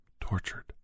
tortured